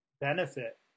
benefit